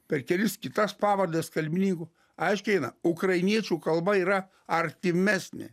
per kelias kitas pavardes kalbininkų aiškina ukrainiečių kalba yra artimesnė